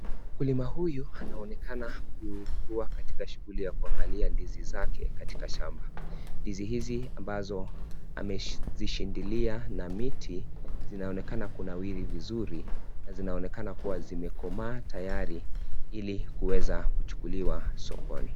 Mkulima huyu anaonekana kuwa katika shuguli ya kuaangalia ndizi zake katika shamba ndizi hizi ambazo amezishindilia na miti zinaonekana Kunawiri vizuri na zinaonekana kuwa zimekomaa tayari ili kuweza kuchukuliwa sokoni.